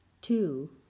Two